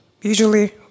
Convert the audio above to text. usually